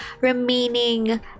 remaining